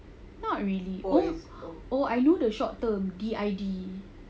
not really oh I know the short term D_I_D